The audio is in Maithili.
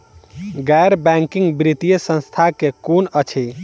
गैर बैंकिंग वित्तीय संस्था केँ कुन अछि?